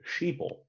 sheeple